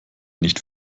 nicht